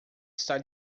está